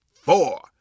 four